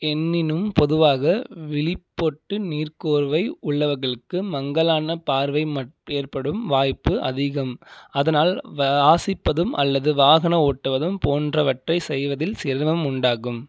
எனினும் பொதுவாக விழிப்பொட்டு நீர்க்கோர்வை உள்ளவர்களுக்கு மங்கலான பார்வை ஏற்படும் வாய்ப்பு அதிகம் அதனால் வாசிப்பதும் அல்லது வாகனம் ஓட்டுவதும் போன்றவற்றை செய்வதில் சிரமம் உண்டாகும்